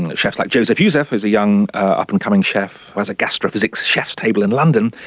and chefs like jozef youssef who is a young up-and-coming chef who has a gastrophysics chefs table in london,